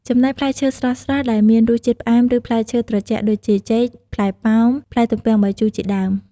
ចំណែក ផ្លែឈើស្រស់ៗ ដែលមានជាតិផ្អែម ឬផ្លែឈើត្រជាក់ ដូចជា ចេក ផ្លែប៉ោម ផ្លែទំពាំងបាយជូរ ជាដើម។